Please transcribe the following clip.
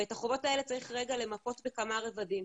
ואת החובות האלה צריך רגע למפות בכמה רבדים.